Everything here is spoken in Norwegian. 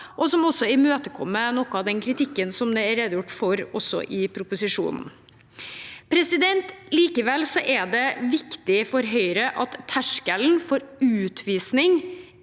noe som også imøtegår noe av den kritikken som er redegjort for i proposisjonen. Likevel er det viktig for Høyre at terskelen for utvisning